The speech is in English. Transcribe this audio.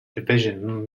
division